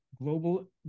global